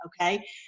okay